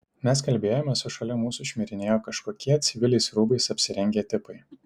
mes kalbėjomės o šalia mūsų šmirinėjo kažkokie civiliais rūbais apsirengę tipai